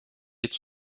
est